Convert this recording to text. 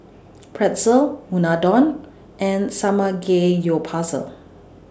Pretzel Unadon and Samgeyopsal